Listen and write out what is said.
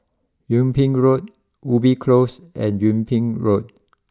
Yung Ping Road Ubi close and Yung Ping Road